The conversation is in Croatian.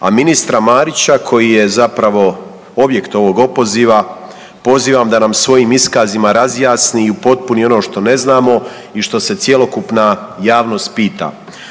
A ministra Marića koji je zapravo objekt ovog opoziva, pozivam da nam svojim iskazima razjasni i upotpuni ono što ne znamo i što se cjelokupna javnost pita.